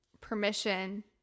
permission